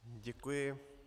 Děkuji.